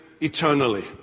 eternally